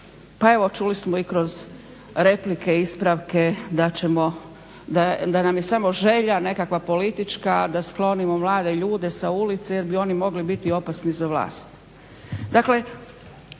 pa evo čuli smo i kroz replike i ispravke da nam je samo želja nekakva politička da sklonimo mlade ljude sa ulice jer bi oni mogli biti opasni za vlast.